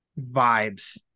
vibes